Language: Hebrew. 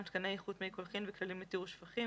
(תקני איכות מי קולחין וכללים לטיהור שפכים),